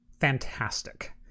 fantastic